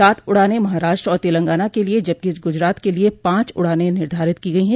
सात उड़ानें महाराष्ट्र और तेलंगाना के लिए जबकि ग्रजरात के लिए पांच उड़ानें निर्धारित की गई हैं